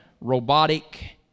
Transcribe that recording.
robotic